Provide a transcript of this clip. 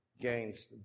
gains